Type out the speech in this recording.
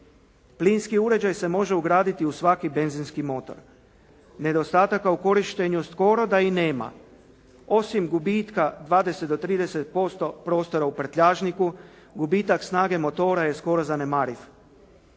Plinski uređaj se može ugraditi u svaki benzinski motor. Nedostataka u korištenju skoro da ih nema, osim gubitka 20 do 30% prostora u prtljažniku, gubitak snage motora je skoro zanemariv.